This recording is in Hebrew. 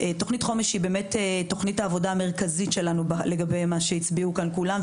תוכנית חומש היא תוכנית העבודה המרכזית שלנו לגבי מה שהצביעו כאן כולם,